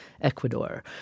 Ecuador